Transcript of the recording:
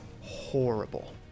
horrible